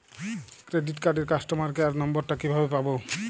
Credit কার্ডের customer care number টা কিভাবে পাবো?